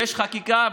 יש חקיקה,